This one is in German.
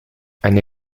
eine